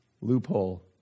loophole